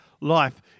life